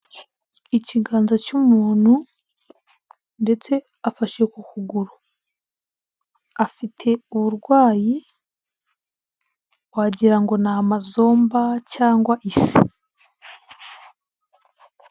Ikiganza cy'umuntu ndetse afashe ku kuguru. Afite uburwayi wagirango ngo ni amazomba cyangwa ise.